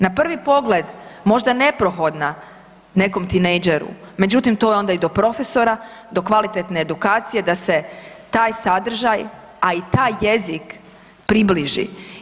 Na prvi pogled možda neprohodna nekom tinejdžeru, međutim, to je onda i do profesora, do kvalitetne edukacije da se taj sadržaj, a i taj jezik približi.